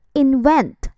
invent